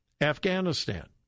Afghanistan